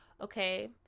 okay